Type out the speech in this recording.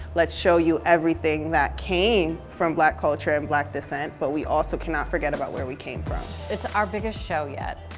let's show you everything that came from black culture and black descent. but we also cannot forget about where we came from. it's our biggest show yet,